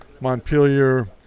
Montpelier